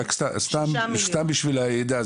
סתם בשביל הידע,